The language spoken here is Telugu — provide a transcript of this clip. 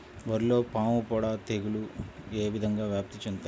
వరిలో పాముపొడ తెగులు ఏ విధంగా వ్యాప్తి చెందుతాయి?